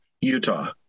Utah